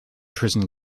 prison